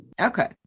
Okay